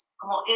como